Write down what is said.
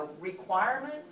requirement